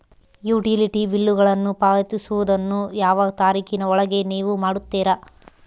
Utility ಬಿಲ್ಲುಗಳನ್ನು ಪಾವತಿಸುವದನ್ನು ಯಾವ ತಾರೇಖಿನ ಒಳಗೆ ನೇವು ಮಾಡುತ್ತೇರಾ?